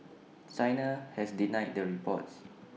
China has denied the reports